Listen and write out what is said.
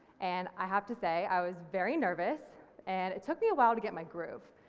and i have to say i was very nervous and it took me a while to get my groove,